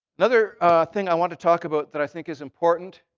another thing i want to talk about that i think is important